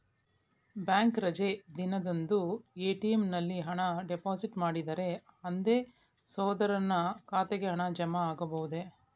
Bank ರಜೆ ದಿನದಂದು ATM ನಲ್ಲಿ ಹಣ ಡಿಪಾಸಿಟ್ ಮಾಡಿದರೆ ಅಂದೇ ಸಹೋದರನ ಖಾತೆಗೆ ಹಣ ಜಮಾ ಆಗಬಹುದೇ?